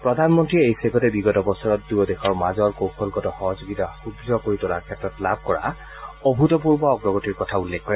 প্ৰধানমন্ত্ৰীয়ে এই ছেগতে বিগত বছৰত দুয়ো দেশৰ মাজত কৌশলগত সহযোগিতা সুদৃঢ় কৰি তোলাৰ ক্ষেত্ৰত লাভ কৰা গুৰুত্বপূৰ্ণ অগ্ৰগতিৰ কথা উল্লেখ কৰে